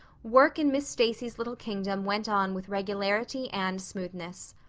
work in miss stacy's little kingdom went on with regularity and smoothness.